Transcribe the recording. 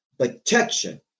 protection